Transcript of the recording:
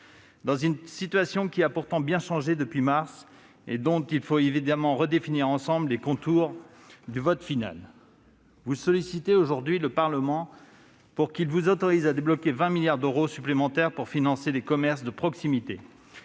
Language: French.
dans une situation qui a pourtant bien changé depuis mars, et dont il faut évidemment redéfinir ensemble les contours avant le vote final. Vous sollicitez aujourd'hui le Parlement pour qu'il vous autorise à débloquer 20 milliards d'euros supplémentaires pour financer les commerces de proximité,